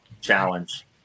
challenge